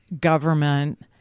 government